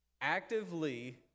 actively